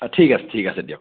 ঠিক আছে ঠিক আছে দিয়ক